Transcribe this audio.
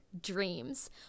dreams